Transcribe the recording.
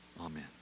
Amen